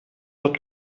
hat